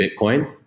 Bitcoin